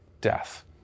death